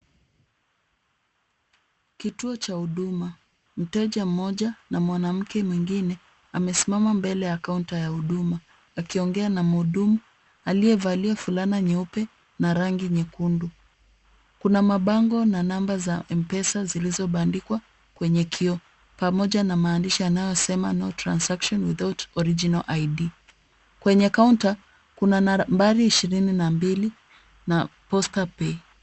Kituo cha huduma, mteja mmoja na mwanamke mwingine amesimama mbele ya kaunta ya huduma akiongea na muhudumu aliyevalia fulana nyeupe na rangi nyekundu. Kuna mabango na namba za mpesa zilizoandikwa kwenye kioo, pamoja na maandishi yanayosema no transaction without original ID , kwenye kaunta kuna nambari ishirini na mbili na posta pay .